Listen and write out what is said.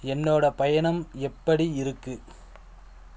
என்னோடய பயணம் எப்படி இருக்குது